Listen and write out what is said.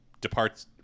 departs